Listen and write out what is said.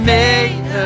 made